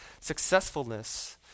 successfulness